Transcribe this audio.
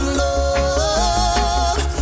love